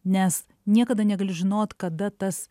nes niekada negali žinot kada tas